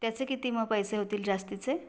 त्याचे किती मग पैसे होतील जास्तीचे